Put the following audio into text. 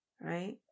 right